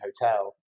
hotel